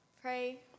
pray